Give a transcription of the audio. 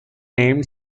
named